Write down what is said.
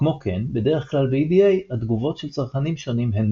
כמו כן בדרך כלל ב EDA התגובות של צרכנים שונים הן